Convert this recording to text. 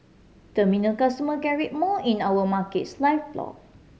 terminal customer can read more in our Markets Live blog